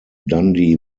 dundee